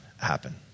happen